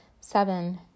Seven